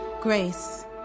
grace